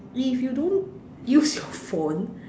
if you don't use your phone